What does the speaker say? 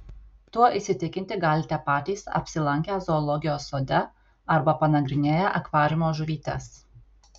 tuo įsitikinti galite patys apsilankę zoologijos sode arba panagrinėję akvariumo žuvytes